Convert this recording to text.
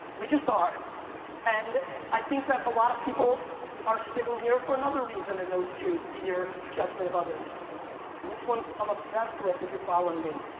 we just are and i think that a lot of people are sitting here for another reason in those two, fear, judgment of others, and this one, i'm i'm obsessed with, if you're following me.